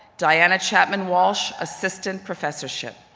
diana chapman walsh, assistant professorship.